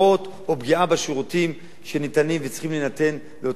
או פגיעה בשירותים שניתנים וצריכים להינתן לאותם תושבים.